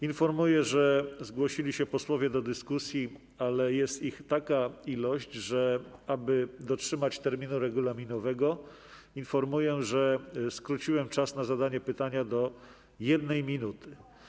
Informuję, że zgłosili się posłowie do dyskusji, ale jest ich taka liczba, że aby dotrzymać terminu regulaminowego, skróciłem czas na zadanie pytania do 1 minuty.